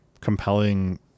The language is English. compelling